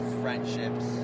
friendships